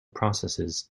processes